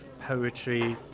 poetry